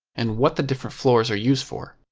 and what the different floors are used for.